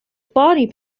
body